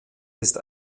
ist